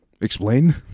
explain